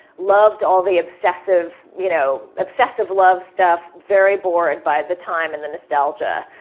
loved all the obsessive you know obsessive love stuff. very bored by the time and the nostalgia.